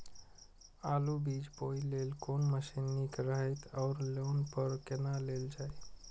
आलु बीज बोय लेल कोन मशीन निक रहैत ओर लोन पर केना लेल जाय?